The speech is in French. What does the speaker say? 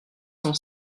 cent